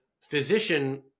physician